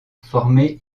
formée